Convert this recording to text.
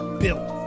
built